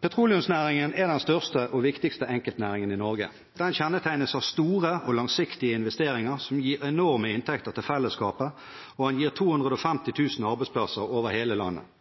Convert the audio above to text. Petroleumsnæringen er den største og viktigste enkeltnæringen i Norge. Den kjennetegnes av store og langsiktige investeringer som gir enorme inntekter til fellesskapet, og den gir 250 000 arbeidsplasser over hele landet.